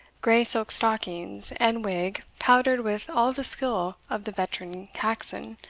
grey silk stockings, and wig powdered with all the skill of the veteran caxon,